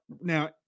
now